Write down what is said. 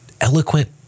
eloquent